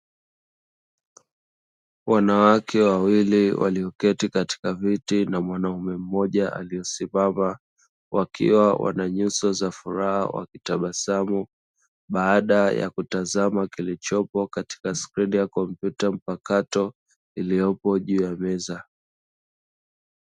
Wanawake wawili walioketi katika viti na mwanaume mmoja aliesimama, wakiwa wana nyuso za furaha wa kitabasamu, baada yakutazama kilichopo katika skrini ya komputa mpakato iliyopo juu ya meza.